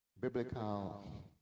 biblical